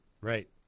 Right